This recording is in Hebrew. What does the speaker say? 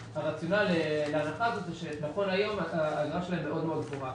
הרציונל להערכה הזאת הוא שנכון להיום האגרה שלהם מאוד מאוד גבוהה.